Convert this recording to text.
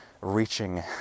reaching